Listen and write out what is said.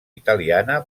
italiana